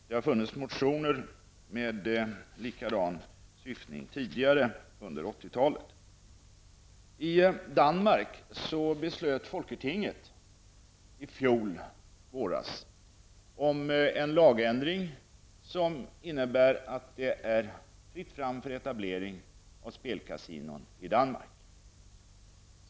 Det har funnits motioner med likadan innebörd tidigare under 80 I Danmark beslöt folketinget i fjol våras om en lagändring som innebär att det är fritt fram för etablering av spelkasinon i Danmark.